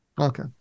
okay